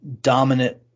dominant